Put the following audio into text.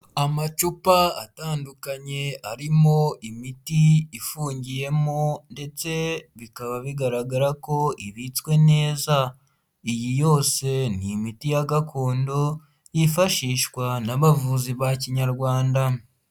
Amacupa atandukanye arimo imiti ifungiyemo ndetse bikaba bigaragara ko ibitswe neza, iyi yose ni imiti ya gakondo yifashishwa n'abavuzi ba kinyarwanda.